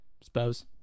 suppose